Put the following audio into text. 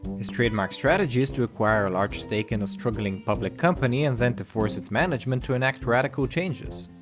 his trademark strategy is to acquire a large stake in a struggling public company, and then to force its management to enact radical changes.